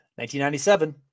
1997